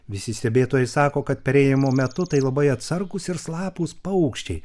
visi stebėtojai sako kad perėjimo metu tai labai atsargūs ir slapūs paukščiai